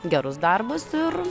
gerus darbus ir